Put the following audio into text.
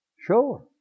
Sure